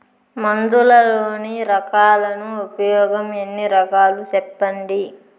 మందులలోని రకాలను ఉపయోగం ఎన్ని రకాలు? సెప్పండి?